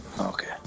okay